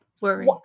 worry